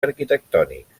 arquitectònics